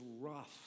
rough